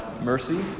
mercy